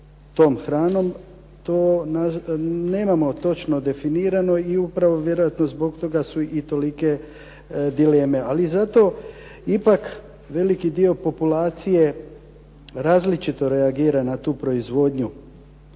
tom hranom to nemamo točno definirano i upravo vjerojatno zbog toga su i tolike dileme. Ali zato ipak veliki dio populacije različito reagira na tu proizvodnju.